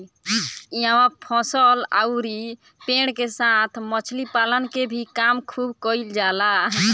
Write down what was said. इहवा फसल अउरी पेड़ के साथ मछली पालन के भी काम खुब कईल जाला